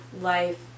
life